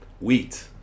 Wheat